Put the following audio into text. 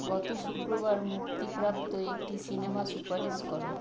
গত শুক্রবার মুক্তিপ্রাপ্ত একটি সিনেমা সুপারিশ করো